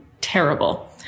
terrible